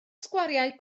sgwariau